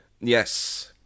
Yes